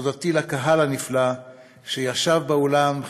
תודתי לקהל הנפלא שהיה באולם,